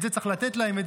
את זה צריך לתת להם,